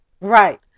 Right